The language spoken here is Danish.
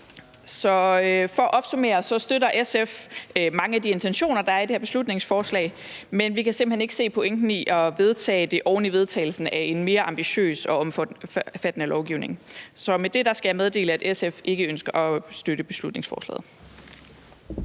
Så for at opsummere: SF støtter mange af de intentioner, der er i det her beslutningsforslag, men vi kan simpelt hen ikke se pointen i at vedtage det oven i vedtagelsen af en mere ambitiøs og omfattende lovgivning. Så med det skal jeg meddele, at SF ikke ønsker at støtte beslutningsforslaget.